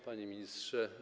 Panie Ministrze!